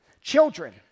Children